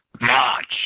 March